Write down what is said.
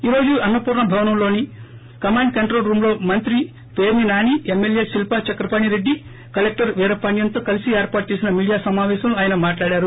ఈ రోజు అన్నపూర్ణ భవనంలోని కమాండ్ కంట్రోల్ రూమ్లో మంత్రి పేర్పినాని ఎమ్మెల్యే శిల్పాదక్రపాణి రెడ్డి కలెక్టర్ ఏరపాండ్యన్తో కలిసి ఏర్పాటు చేసిన మీడియా సమాపేశంలో ఆయన మాట్లాడారు